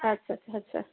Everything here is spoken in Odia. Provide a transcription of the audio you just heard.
ଆଚ୍ଛା ଆଚ୍ଛା ଆଚ୍ଛା